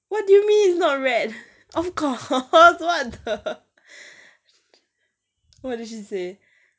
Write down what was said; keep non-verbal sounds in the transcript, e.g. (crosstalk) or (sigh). what do you mean you've not read of course (laughs) what the what did she say